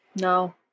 No